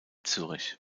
zürich